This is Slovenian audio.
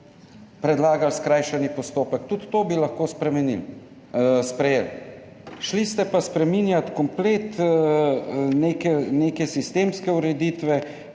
predlagali skrajšanega postopka? Tudi to bi lahko sprejeli. Šli ste pa spreminjat komplet neke sistemske ureditve,